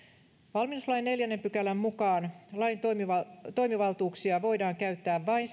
valmiuslain neljännen pykälän mukaan lain toimivaltuuksia voidaan käyttää vain